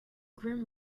grim